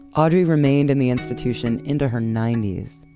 audrey remained in the institution into her ninety s.